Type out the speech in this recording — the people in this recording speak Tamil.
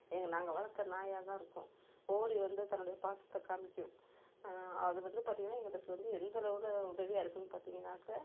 எங்கள் நாங்கள் வளர்த்த நாயாக தான் இருக்கும் ஓடி வந்து தன்னுடைய பாசத்தை காமிக்கும் அது வந்து பார்த்திங்கன்னா எங்களுக்கு வந்து எந்தளவில் உதவியாக இருக்குதுன்னு பார்த்திங்கன்னாக்க